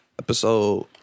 episode